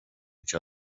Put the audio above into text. each